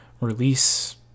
release